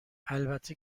البته